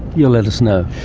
you'll let us know.